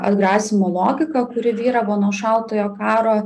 atgrasymo logiką kuri vyravo nuo šaltojo karo